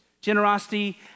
generosity